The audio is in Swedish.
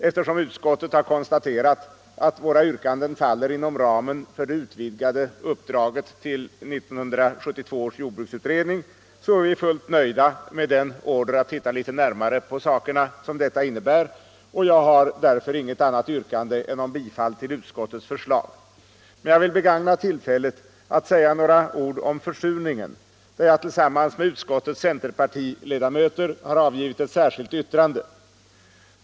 Eftersom utskottet har konstaterat att våra yrkanden faller inom ramen för det utvidgade uppdraget till 1972 års jordbruksutredning, är vi fullt nöjda med den order att se litet närmare på sakerna som detta innebär, och jag har därför inget annat yrkande än om bifall till utskottets förslag. Men jag vill begagna tillfället att säga några ord om försurningen. Tillsammans med utskottets centerpartiledamöter har jag avgivit ett särskilt yttrande i den frågan.